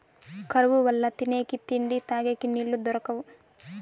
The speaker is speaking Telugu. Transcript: కరువు వల్ల తినేకి తిండి, తగేకి నీళ్ళు దొరకవు